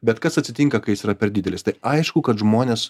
bet kas atsitinka kai jis yra per didelis tai aišku kad žmonės